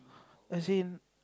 as in